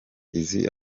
izi